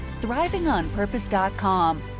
thrivingonpurpose.com